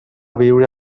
viure